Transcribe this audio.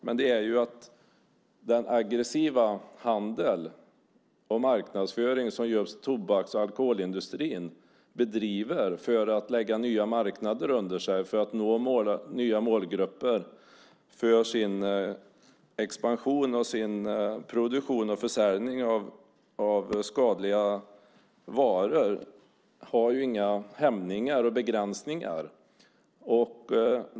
Men den aggressiva handel och marknadsföring som just tobaks och alkoholindustrin bedriver för att lägga nya marknader under sig och för att nå nya målgrupper för sin expansion och sin produktion och försäljning av skadliga varor har inga hämningar och begränsningar.